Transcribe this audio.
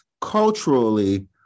culturally